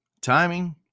Timing